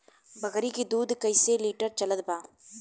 बकरी के दूध कइसे लिटर चलत बा?